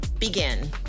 begin